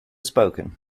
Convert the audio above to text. spoken